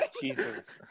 Jesus